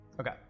Okay